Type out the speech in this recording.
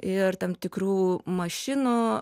ir tam tikrų mašinų